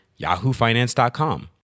yahoofinance.com